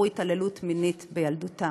עברו התעללות מינית בילדותן.